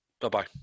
Bye-bye